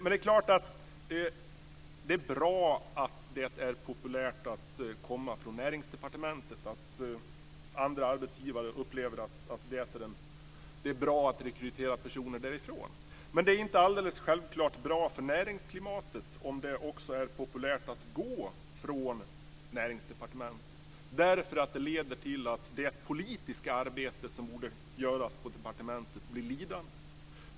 Det är klart att det är bra att det är populärt att komma från Näringsdepartementet, att andra arbetsgivare upplever att det är bra att rekrytera personer därifrån, men det är inte alldeles självklart bra för näringsklimatet om det också är populärt att gå från Näringsdepartementet. Det leder ju till att det politiska arbete som borde göras på departementet blir lidande.